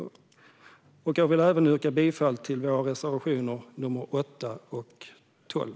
Jag yrkar bifall till våra reservationer nr 8 och 12.